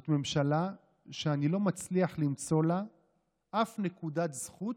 זאת ממשלה שאני לא מצליח למצוא לה אף נקודת זכות,